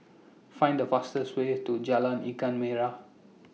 Find The fastest Way to Jalan Ikan Merah